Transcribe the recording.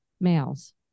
males